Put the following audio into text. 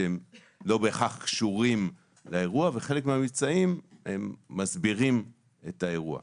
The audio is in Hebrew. שלא בהכרח קשורים לאירוע וחלק מהממצאים מסבירים את האירוע.